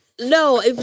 No